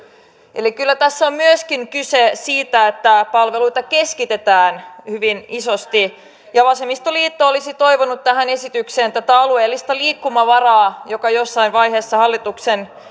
eli kyllä tässä on myöskin kyse siitä että palveluita keskitetään hyvin isosti ja vasemmistoliitto olisi toivonut tähän esitykseen tätä alueellista liikkumavaraa joka jossain vaiheessa